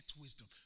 wisdom